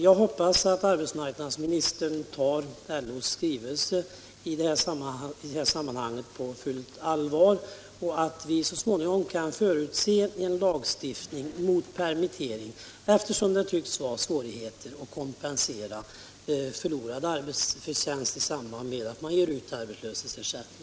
Jag hoppas att arbetsmarknadsministern tar LO:s skrivelse på fullt allvar och att vi så småningom kan emotse en lagstiftning mot permittering, eftersom det tycks vara svårigheter att kompensera förlorad arbetsförtjänst i samband med att man ger ut arbetslöshetsersättning.